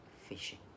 fishing